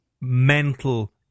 mental